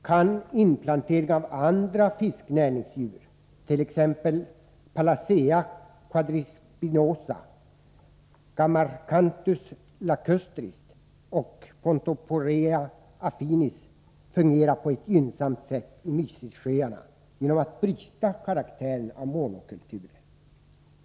Kan inplantering av andra fisknäringsdjur t.ex. Pallasea quadrispinosa, Gammaracanthus lacustris och Pontoporeia affinis fungera på ett gynnsamt sätt i Mysis-sjöarna genom att bryta karaktären av monokultur?